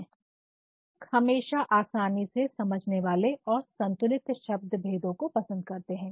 Refer Slide Time 4411 पाठक हमेशा आसानी से समझने वाले और संतुलित शब्द भेदों को पसंद करते हैं